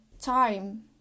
time